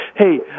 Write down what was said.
Hey